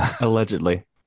Allegedly